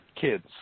kids